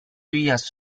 years